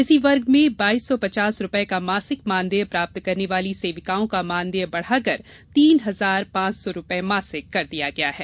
इसी वर्ग में बाईस सौ पचास रुपए का मासिक मानदेय प्राप्तं करने वाली सेविकाओं का मानदेय बढ़ाकर तीन हजार पांच सौ रुपए मासिक कर दिया गया है